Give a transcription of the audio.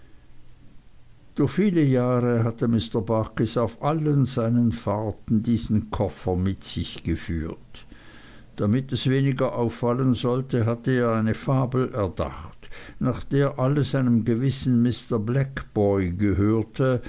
durch viele jahre hatte mr barkis auf allen seinen fahrten diesen koffer mit sich geführt damit es weniger auffallen sollte hatte er eine fabel erdacht nach der alles einem gewissen mr blackboy gehörte